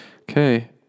Okay